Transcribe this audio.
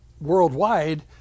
worldwide